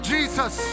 Jesus